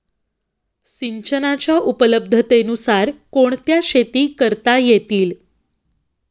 सिंचनाच्या उपलब्धतेनुसार कोणत्या शेती करता येतील?